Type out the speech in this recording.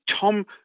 Tom